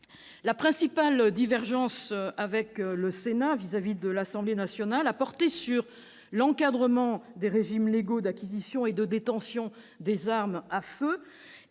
La principale divergence entre le Sénat et l'Assemblée nationale a porté sur l'encadrement des régimes légaux d'acquisition et de détention des armes à feu